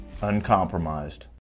uncompromised